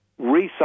recycle